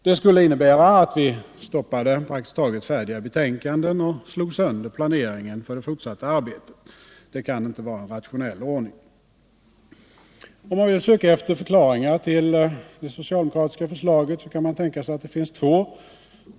Det skulle innebära att vi stoppade praktiskt taget färdiga betänkanden och slog sönder planeringen för det fortsatta arbetet. Det kan inte vara en rationell ordning. Om man vill söka efter förklaringar till det socialdemokratiska förslaget så kan man tänka sig att det finns två.